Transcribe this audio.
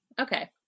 Okay